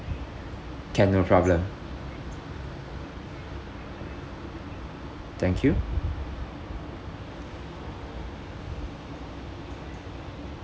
can no problem thank you